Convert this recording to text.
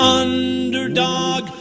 underdog